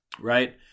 right